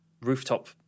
rooftop